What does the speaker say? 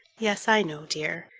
yes, i know, dear.